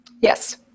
Yes